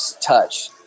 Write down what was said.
touch